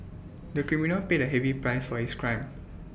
the criminal paid A heavy price for his crime